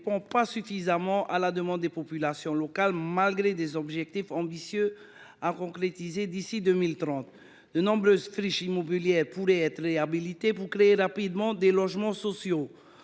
pas suffisamment à la demande de la population locale, malgré des objectifs ambitieux à concrétiser d’ici à 2030. De nombreuses friches immobilières pourraient être réhabilitées pour créer rapidement de tels logements.